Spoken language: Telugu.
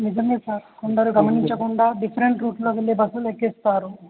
నిజమే సార్ కొందరు గమననించకుండా డిఫరెంట్ రూట్స్లో వెళ్ళే బస్సులు ఎక్కేస్తారు